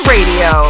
Radio